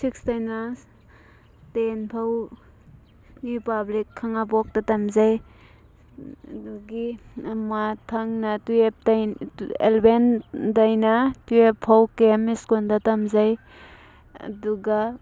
ꯁꯤꯛꯁꯇꯩꯅ ten ꯐꯥꯎ new public ꯈꯥꯉꯕꯣꯛꯇ ꯇꯃꯖꯩ ꯑꯗꯒꯤ ꯃꯊꯪꯅ ꯇꯨꯌꯦꯜꯄꯇꯩ ꯑꯦꯂꯕꯦꯟꯗꯩꯅ ꯇꯨꯌꯦꯜꯄ ꯐꯥꯎ ꯀꯦ ꯑꯦꯝ ꯁ꯭ꯀꯨꯜꯗ ꯇꯝꯖꯩ ꯑꯗꯨꯒ